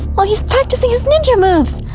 oh he's practicing his ninja moves.